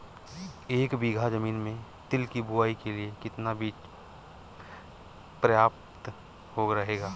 एक बीघा ज़मीन में तिल की बुआई के लिए कितना बीज प्रयाप्त रहेगा?